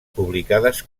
publicades